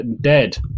dead